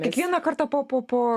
kiekvieną kartą po po po